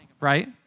right